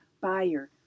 buyer